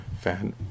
fan